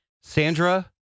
Sandra